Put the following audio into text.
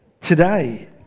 Today